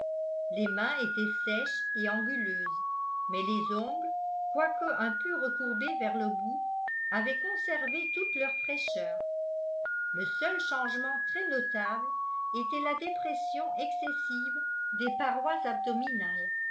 les mains étaient sèches et anguleuses mais les ongles quoique un peu recourbés vers le bout avaient conservé toute leur fraîcheur le seul changement très notable était la dépression excessive des parois abdominales